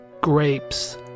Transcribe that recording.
grapes